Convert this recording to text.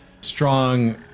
strong